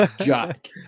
Jack